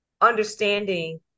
understanding